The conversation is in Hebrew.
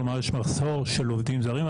כלומר יש מחסור של עובדים זרים,